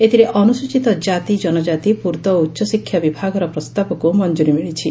ଏଥିରେ ଅନୁସୂଚିତ ଜାତି ଜନକାତି ପୂର୍ତ୍ତ ଓ ଉଚଶିକ୍ଷା ବିଭାଗର ପ୍ରସ୍ତାବକୁ ମଞ୍ଚୁରୀ ମିଳିଛି